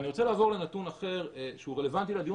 אני רוצה לעבור לנתון אחר שהוא רלוונטי לדיון